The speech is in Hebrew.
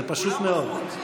זה פשוט מאוד.